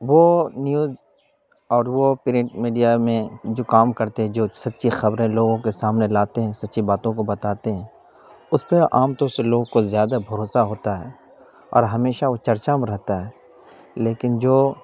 وہ نیوز اور وہ پرنٹ میڈیا میں جو کام کرتے ہیں جو سچی خبریں لوگوں کے سامنے لاتے ہیں سچی باتوں کو بتاتے ہیں اس پہ عام طور سے لوگوں کو زیادہ بھروسہ ہوتا ہے اور ہمیشہ وہ چرچہ میں رہتے ہیں لیکن جو